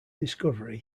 discovery